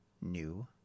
new